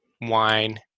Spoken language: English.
wine